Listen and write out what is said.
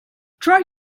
try